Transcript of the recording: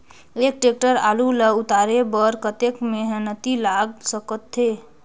एक टेक्टर आलू ल उतारे बर कतेक मेहनती लाग सकथे?